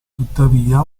tuttavia